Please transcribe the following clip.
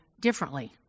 differently